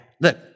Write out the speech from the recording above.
look